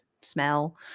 smell